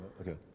Okay